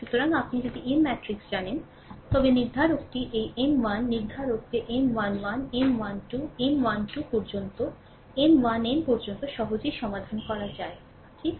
সুতরাং আপনি যদি M ম্যাট্রিক্স জানেন তবে নির্ধারকটি এই M 1 নির্ধারক যে M 1 1 M 1 2 M 1 2 পর্যন্ত M 1 n পর্যন্ত সহজেই সমাধান করা যায় ঠিক